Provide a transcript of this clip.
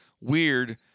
weird